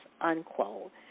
unquote